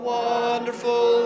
wonderful